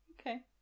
Okay